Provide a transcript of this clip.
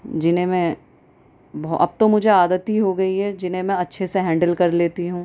جنہیں میں اب تو مجھے عادت ہی ہو گئی ہے جنہیں میں اچھے سے ہینڈل کر لیتی ہوں